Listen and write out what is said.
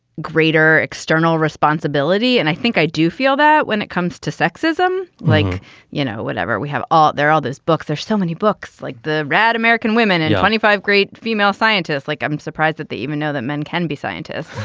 greater external responsibility and i think i do feel that when it comes to sexism like you know whatever we have all there all this book there's still many books like the rad american women and five great female scientists like i'm surprised that they even know that men can be scientists.